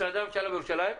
משרדי הממשלה בירושלים,